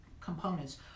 components